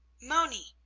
moni,